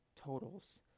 totals